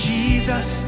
Jesus